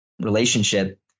relationship